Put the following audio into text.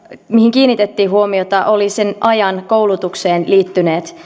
kiinnitettiin huomiota olivat sen ajan koulutukseen liittyneet